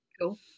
Cool